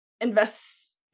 invest